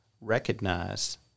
recognize